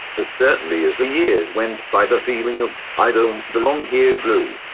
but certainly as the years went by, the feeling of i don't belong here group.